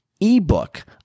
ebook